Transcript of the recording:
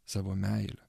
savo meilę